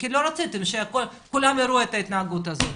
כי לא רציתם שכולם ייראו את ההתנהגות הזו.